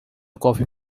coffee